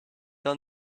done